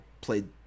played